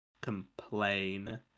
complain